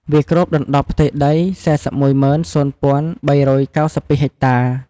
វាគ្របដណ្តប់ផ្ទៃដី ៤១០ ៣៩២ ហិចតា។